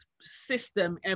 system